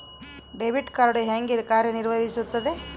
Debit card ಹೇಗೆ ಕಾರ್ಯನಿರ್ವಹಿಸುತ್ತದೆ?